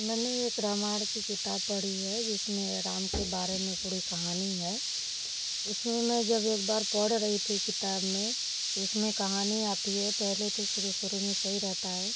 मैंने एक रामायण की किताब पढ़ी है जिसमें राम के बारे में पूरी कहानी है उसमें मैं जब एक बार पढ़ रही थी किताब में तो उसमें कहानी आती है पहले तो शुरु शुरु में सही रहता है